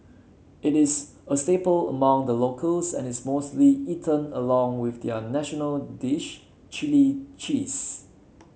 it is a staple among the locals and is mostly eaten along with their national dish chilli cheese